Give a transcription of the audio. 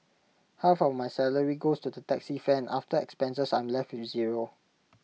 half of my salary goes to the taxi fare after expenses I'm left with zero